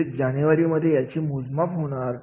तसेच जानेवारी मध्ये याचे मोजमाप होणार